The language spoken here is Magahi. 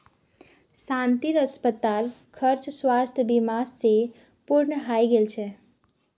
शांतिर अस्पताल खर्च स्वास्थ बीमा स पूर्ण हइ गेल छ